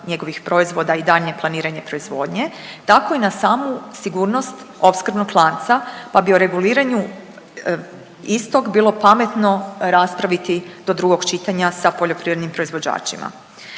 njegovih proizvoda i daljnje planiranje proizvodnje tako i na samu sigurnost opskrbnog lanca, pa bi o reguliranju istog bilo pametno raspraviti do drugog čitanja sa poljoprivrednim proizvođačima.